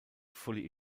fully